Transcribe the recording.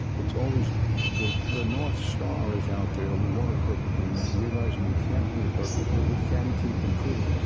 it's always the the north star is out there. we want a a perfect union. realize we can't be perfect, but we can keep improving.